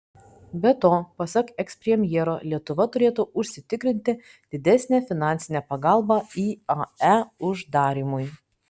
be to pasak ekspremjero lietuva turėtų užsitikrinti didesnę finansinę pagalbą iae uždarymui